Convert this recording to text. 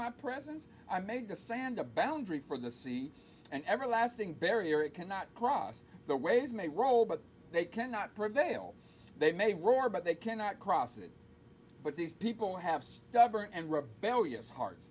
my presence i made the sand a boundary for the sea and everlasting barrier it cannot cross the waves may roll but they cannot prevail they may roar but they cannot cross it but these people have stubborn and rebellious hearts